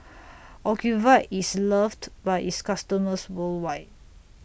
Ocuvite IS loved By its customers worldwide